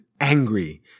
angry